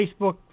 Facebook